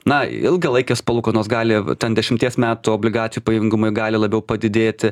na ilgalaikės palūkanos gali ten dešimties metų obligacijų pajamingumai gali labiau padidėti